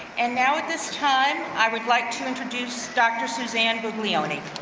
and now at this time, i would like to introduce dr. suzanne buglione.